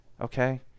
okay